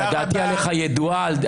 דעתי עליך ידועה,